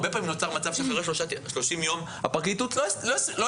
הרבה פעמים נוצר מצב שאחרי 30 יום הפרקליטות לא הספיקה